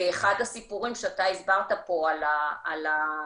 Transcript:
ואחד הסיפורים שאתה סיפרת פה על הנורבגים,